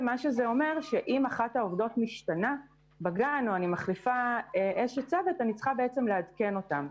זה אומר שאם אחת העובדות בגן מתחלפת אז אני צריכה לעדכן אותם.